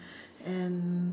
and